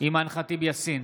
אימאן ח'טיב יאסין,